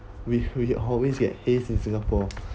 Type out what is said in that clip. we we always get haze in singapore